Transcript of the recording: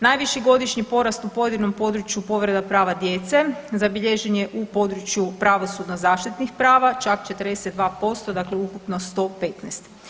Najviši godišnji porast u pojedinom području povreda prava djece zabilježen je u području pravosudno-zaštitnih prava, čak 42% dakle, ukupno 115.